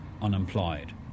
unemployed